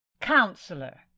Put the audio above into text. Counselor